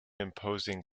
imposing